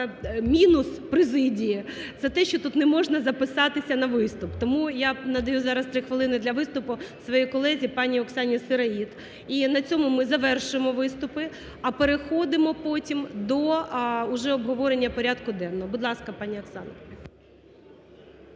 мінус президії – це те, що тут не можна записатися на виступ, тому я надаю зараз 3 хвилини для виступу своїй колезі пані Оксані Сироїд. І на цьому ми завершуємо виступи, а переходимо потім до уже обговорення порядку денного. Будь ласка, пані Оксана.